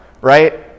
right